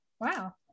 wow